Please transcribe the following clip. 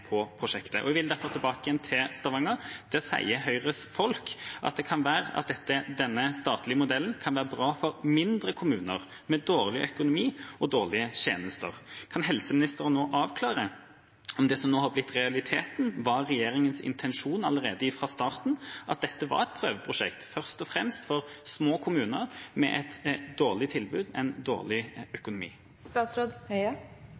på prosjektet. Jeg vil derfor tilbake igjen til Stavanger. Der sier Høyres folk at det kan være at denne statlige modellen kan være bra for mindre kommuner med dårlig økonomi og dårlige tjenester. Kan helseministeren avklare om det som nå har blitt realiteten, var regjeringas intensjon allerede fra starten, at dette var et prøveprosjekt først og fremst for små kommuner med et dårlig tilbud, en dårlig